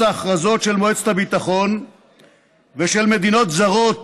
ההכרזות של מועצת הביטחון ושל מדינות זרות